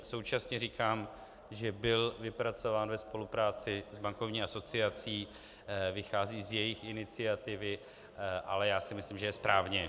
Současně říkám, že byl vypracován ve spolupráci s bankovní asociací, vychází z jejich iniciativy, ale já si myslím, že je správně.